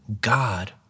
God